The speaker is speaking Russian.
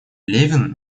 левин